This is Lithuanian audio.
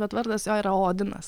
bet vardas jo yra odinas